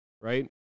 Right